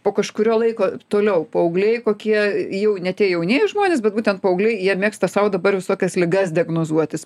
po kažkurio laiko toliau paaugliai kokie jau ne tie jaunieji žmonės bet būtent paaugliai jie mėgsta sau dabar visokias ligas diagnozuotis